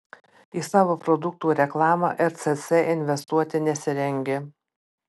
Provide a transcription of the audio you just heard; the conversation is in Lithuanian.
į savo produktų reklamą rcc investuoti nesirengia